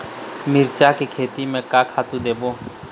मिरचा के खेती म का खातू देबो?